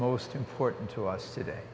most important to us today